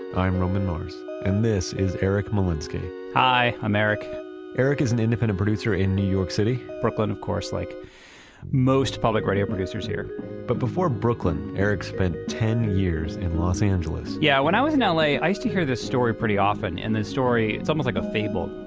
i'm roman mars and this is eric molinsky hi. hi. i'm eric eric is an independent producer in new york city brooklyn, of course like most public radio producers here but before brooklyn, eric spent ten years in los angeles yeah. when i was in l a, i used to hear this story pretty often and the story it's almost like a fable.